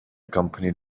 company